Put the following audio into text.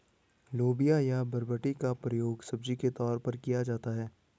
लोबिया या बरबटी का प्रयोग सब्जी के तौर पर किया जाता है